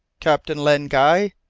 captain len guy?